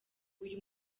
uyu